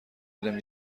دیدم